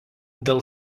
dėl